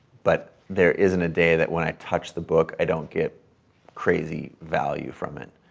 but there isn't a day that when i touch the book i don't get crazy value from it.